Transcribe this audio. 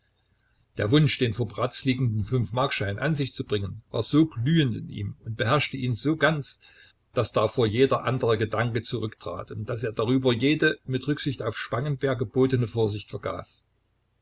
der wunsch den vor bratz liegenden fünfmarkschein an sich zu bringen war so glühend in ihm und beherrschte ihn so ganz daß davor jeder andere gedanke zurücktrat und daß er darüber jede mit rücksicht auf spangenberg gebotene vorsicht vergaß